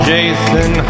Jason